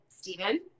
Stephen